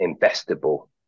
investable